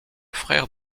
frère